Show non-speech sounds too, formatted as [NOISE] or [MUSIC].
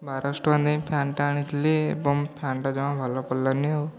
ବାରଶହଟଙ୍କା ଦେଇ ଫ୍ୟାନ୍ଟା ଆଣିଥିଲି [UNINTELLIGIBLE] ଫ୍ୟାନ୍ଟା ଜମା ଭଲ ପଡ଼ିଲାନି ଆଉ